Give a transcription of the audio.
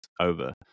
over